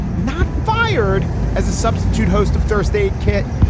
not fired as a substitute host of first aid kit.